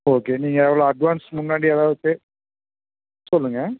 okay நீங்கள் எவ்வளோ advance முன்னாடி எதாவது பே சொல்லுங்கள்